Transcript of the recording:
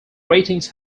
ratings